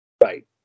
Right